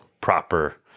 proper